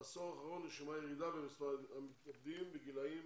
בעשור האחרון נרשמה ירידה במספר המתאבדים בגילאים